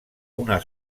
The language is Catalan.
una